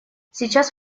сейчас